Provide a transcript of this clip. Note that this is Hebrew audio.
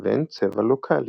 לבין "צבע לוקאלי"